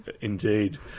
Indeed